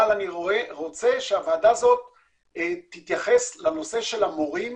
אבל אני רוצה שהוועדה הזאת תתייחס לנושא של המורים